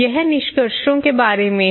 यह निष्कर्षों के बारे में है